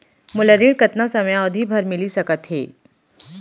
मोला ऋण कतना समयावधि भर मिलिस सकत हे?